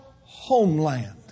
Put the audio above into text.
homeland